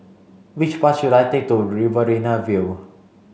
which bus should I take to Riverina View